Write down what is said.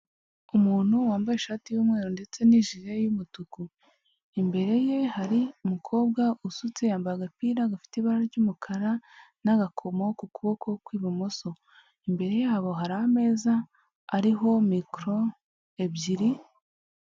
Umuntu wambaye ishati y'umweru ndetse n'ijire y'umutuku, imbere ye hari umukobwa usutse yambaye agapira gafite ibara ry'umukara n'agakomo ku kuboko kw'ibumoso, imbere yabo hari ameza ariho mikoro ebyiri.